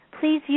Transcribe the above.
Please